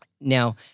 Now